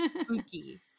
spooky